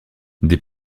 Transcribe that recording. des